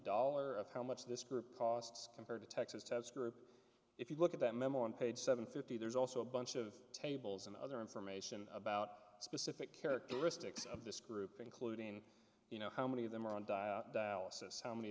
dollar of how much this group costs compared to texas has group if you look at that memo on page seven fifty there's also a bunch of tables and other information about specific characteristics of this group including you know how many of them are on dial assess how many